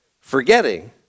forgetting